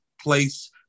place